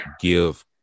give